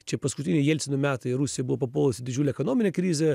čia paskutiniai jelcino metai rusija buvo papuolus į didžiulę ekonominę krizę